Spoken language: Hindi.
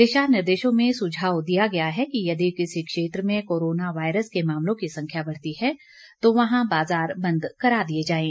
दिशा निर्देशों में सुझाव दिया गया है कि यदि किसी क्षेत्र में कोरोना वायरस के मामलों की संख्या बढ़ती है तो वहां बाजार बंद करा दिए जाएं